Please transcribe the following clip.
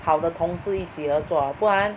好的同事一起合作啊不然